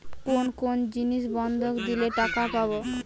কোন কোন জিনিস বন্ধক দিলে টাকা পাব?